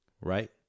right